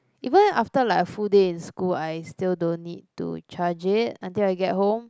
even after like a full day in school I still don't need to charge it until I get home